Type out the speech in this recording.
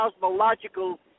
cosmological